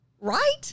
Right